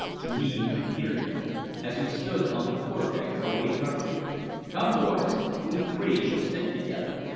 to me and peterkin, as we stood on the quarter-deck awaiting our fate come, boys we three shall stick together.